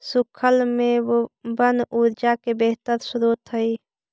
सूखल मेवबन ऊर्जा के बेहतर स्रोत हई